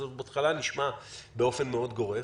אז הוא בהתחלה נשמע באופן מאוד גורף